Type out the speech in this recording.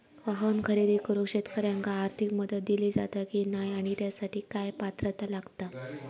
वाहन खरेदी करूक शेतकऱ्यांका आर्थिक मदत दिली जाता की नाय आणि त्यासाठी काय पात्रता लागता?